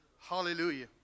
Hallelujah